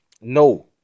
No